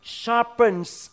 sharpens